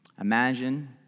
Imagine